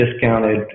discounted